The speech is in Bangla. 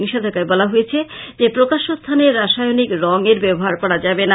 নিষেধাজ্ঞায় বলা হয়েছে যে প্রকাশ্য স্থানে রাসায়নিক রং এর ব্যবহার করা যাবে না